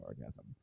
orgasm